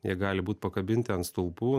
jie gali būt pakabinti ant stulpų